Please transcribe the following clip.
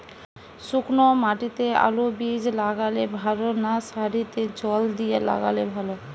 শুক্নো মাটিতে আলুবীজ লাগালে ভালো না সারিতে জল দিয়ে লাগালে ভালো?